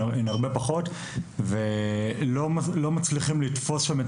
אלא הרבה פחות ולא מצליחים לתפוס שם את